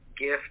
gift